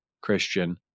Christian